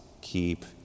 keep